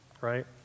right